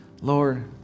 Lord